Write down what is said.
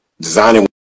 designing